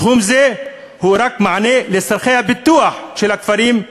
סכום זה הוא רק מענה לצורכי הפיתוח של הכפרים,